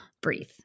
Breathe